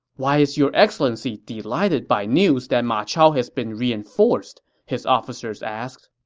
why is your excellency delighted by news that ma chao has been reinforced? his officers asked